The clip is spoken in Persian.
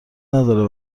نداره